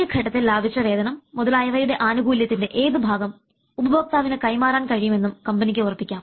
ഈ ഘട്ടത്തിൽ ലാഭിച്ച വേതനം മുതലായവയുടെ ആനുകൂല്യത്തിൻറെ ഏത് ഭാഗം ഉപഭോക്താവിന് കൈമാറാൻ കഴിയുമെന്നും കമ്പനിക്ക് ഉറപ്പിക്കാം